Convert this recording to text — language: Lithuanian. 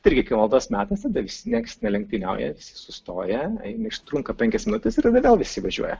tai irgi kai maldos metas tada visi nieks nelenktyniauja visi sustoja užtrunka penkias minutes ir vėl visi važiuoja